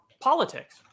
politics